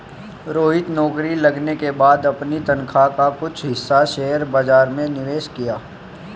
रोहित नौकरी लगने के बाद अपनी तनख्वाह का कुछ हिस्सा शेयर बाजार में निवेश किया